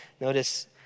Notice